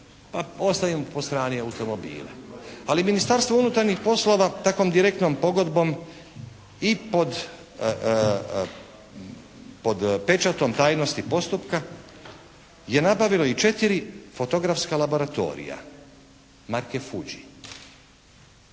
Ostavimo po strani automobile. Ali, Ministarstvo unutarnjih poslova takvom direktnom pogodbom i pod pečatom tajnosti postupka je nabavilo i četiri fotografska laboratorija marke "Fuji".